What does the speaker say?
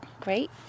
great